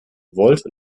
wollte